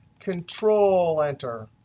control enter.